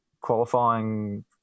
qualifying